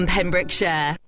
Pembrokeshire